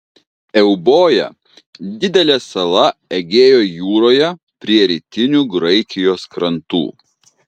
euboja didelė sala egėjo jūroje prie rytinių graikijos krantų